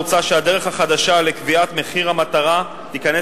הוצע שהדרך החדשה לקביעת מחיר המטרה תיכנס